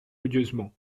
odieusement